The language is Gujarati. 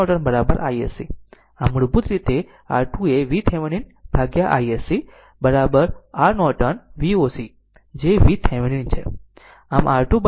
આમ મૂળભૂત રીતે R2 એ VThevenin ભાગ્યા iSC R નોર્ટન Voc જે VThevenin છે